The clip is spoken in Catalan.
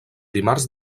dimarts